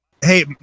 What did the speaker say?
Hey